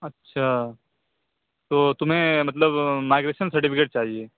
اچھا تو تمہیں مطلب مائگریشن سرٹیفکیٹ چاہیے